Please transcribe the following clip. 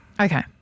Okay